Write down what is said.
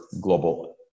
global